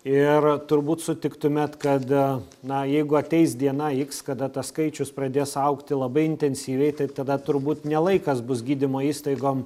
ir turbūt sutiktumėt kad na jeigu ateis diena x kada tas skaičius pradės augti labai intensyviai taip tada turbūt ne laikas bus gydymo įstaigom